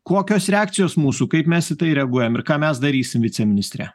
kokios reakcijos mūsų kaip mes į tai reaguojam ir ką mes darysim viceministre